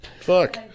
Fuck